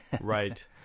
Right